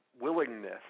willingness